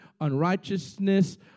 unrighteousness